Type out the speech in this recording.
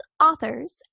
Authors